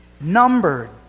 Numbered